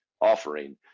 offering